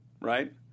right